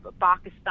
pakistan